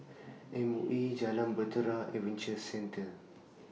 M O E Jalan Bahtera Adventure Centre